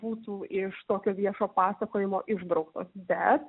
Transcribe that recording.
būtų iš tokio viešo pasakojimo išbrauktos bet